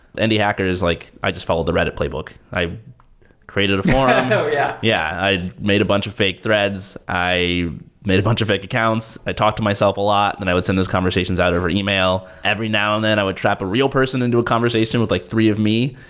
indie hackers, like i just followed the reddit playbook. i've created a forum. you know yeah, yeah i made a bunch of fake threads. i made a bunch of fake accounts. i talked myself a lot, then i would send those conversations out over email. every now and then i would trap a real person into a conversation with like three of me.